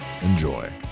Enjoy